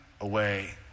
away